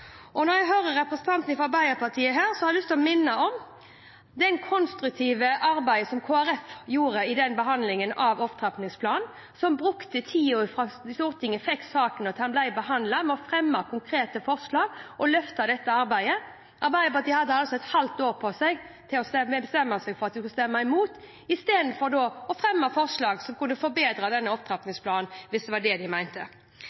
opp. Når jeg hører representanten fra Arbeiderpartiet her, har jeg lyst til å minne om det konstruktive arbeidet Kristelig Folkeparti gjorde i behandlingen av opptrappingsplanen, som brukte tiden fra Stortinget fikk saken, til den ble behandlet, til å fremme konkrete forslag og løfte dette arbeidet. Arbeiderpartiet hadde et halvt år på seg til å bestemme seg for at de ville stemme imot, i stedet for å fremme forslag som kunne forbedret denne